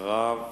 אחריו,